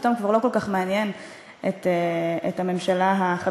פתאום כבר לא כל כך מעניין את הממשלה החדשה,